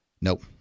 Nope